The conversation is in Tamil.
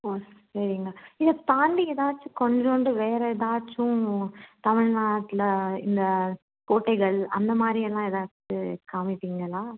ஒ சரிங்க இது தாண்டி ஏதாச்சும் கொஞ்சோண்டு வேறு ஏதாச்சும் தமிழ்நாட்டில் இந்த கோட்டைகள் அந்த மாதிரியெல்லாம் ஏதாச்சு காமிப்பீங்களா